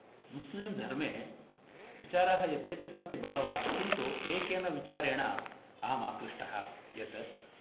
मुस्लिमधर्मे विचाराः यद्यपि सन्ति बहवः किन्तु एकेन विचारेण अहम् आकृष्टः यत्